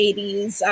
80s